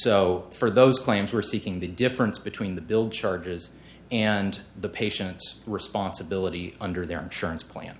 so for those claims were speaking the difference between the billed charges and the patient's responsibility under their insurance plan